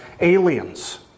aliens